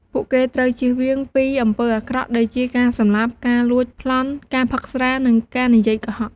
ពួកគេត្រូវជៀសវាងពីអំពើអាក្រក់ ដូចជាការសម្លាប់ ការលួចប្លន់ ការផឹកស្រា និងការនិយាយកុហក។